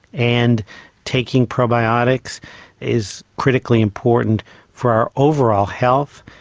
and taking probiotics is critically important for our overall health.